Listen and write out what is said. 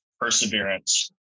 perseverance